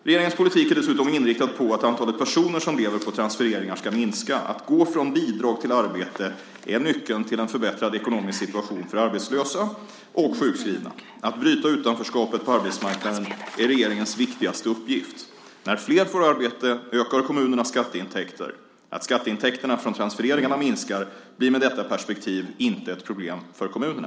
Regeringens politik är dessutom inriktad mot att antalet personer som lever på transfereringar ska minska. Att gå från bidrag till arbete är nyckeln till en förbättrad ekonomisk situation för arbetslösa och sjukskrivna. Att bryta utanförskapet på arbetsmarknaden är regeringens viktigaste uppgift. När flera får arbete ökar kommunernas skatteintäkter. Att skatteintäkterna från transfereringarna minskar blir med detta perspektiv inte ett problem för kommunerna.